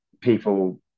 people